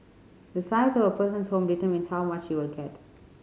the size of a person's home determines how much he will get